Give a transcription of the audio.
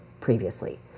previously